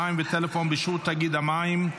מים וטלפון באישור תאגיד המים),